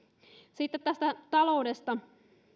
sitten tästä taloudesta